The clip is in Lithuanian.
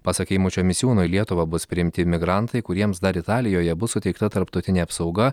pasak eimučio misiūno į lietuvą bus priimti imigrantai kuriems dar italijoje bus suteikta tarptautinė apsauga